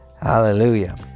hallelujah